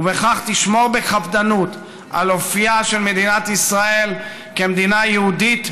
ובכך תשמור בקפדנות על אופייה של מדינת ישראל כמדינה יהודית,